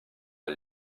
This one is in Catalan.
del